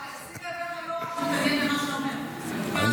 שים לב איך היו"ר מתעניין במה שאתה אומר.